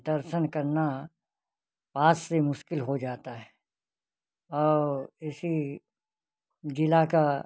दर्शन करना पास से मुश्किल हो जाता है और इसी ज़िले का